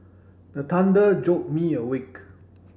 the thunder jolt me awake